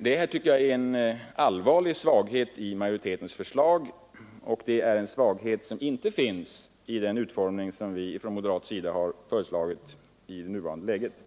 Det är, tycker jag, en allvarlig svaghet i majoritetens förslag — en svaghet som inte finns i den utformning som vi från moderat sida har föreslagit i det nuvarande läget.